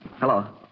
Hello